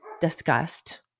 discussed